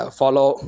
follow